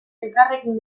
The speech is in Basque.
elkarrekin